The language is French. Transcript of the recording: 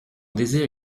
désir